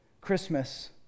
Christmas